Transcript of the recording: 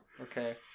Okay